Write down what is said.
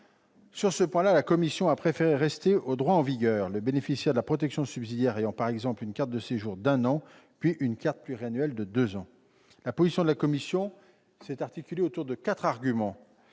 Sur ce point, la commission a préféré en rester au droit en vigueur. Le bénéficiaire de la protection subsidiaire recevrait, par exemple, une carte de séjour d'un an, puis une carte pluriannuelle de deux ans. La position de la commission se fonde sur quatre arguments.